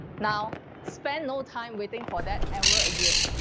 now, spend no time waiting for that error ah again.